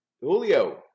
Julio